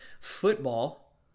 football